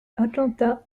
atlanta